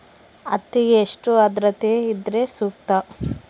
ಹತ್ತಿಗೆ ಎಷ್ಟು ಆದ್ರತೆ ಇದ್ರೆ ಸೂಕ್ತ?